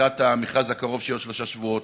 לקראת המכרז הקרוב שיהיה בעוד שלושה שבועות,